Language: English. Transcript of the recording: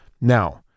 Now